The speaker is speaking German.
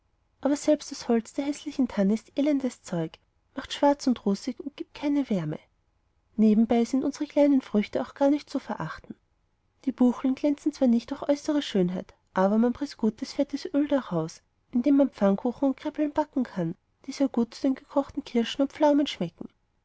aber selbst das holz der häßlichen tanne ist elendes zeug macht schwarz und rußig und gibt keine wärme nebenbei sind unsere kleinen früchte auch gar nicht zu verachten die bucheln glänzen zwar nicht durch äußere schönheit aber man preßt gutes fettes öl daraus in dem man pfannenkuchen und kräppeln backen kann die sehr gut zu den gekochten kirschen und pflaumen schmecken